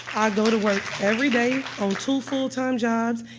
i go to work every day on two full-time jobs.